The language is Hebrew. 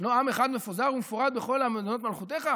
"ישנו עם אחד אשר מפזר ומפרד בכל מדינות מלכותך",